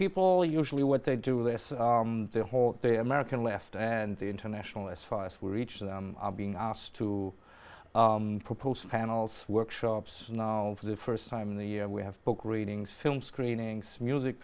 people usually what they do this the whole the american left and the international as far as we reach them are being asked to propose panels workshops for the first time in the year we have book readings film screenings music